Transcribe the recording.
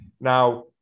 Now